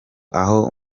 aha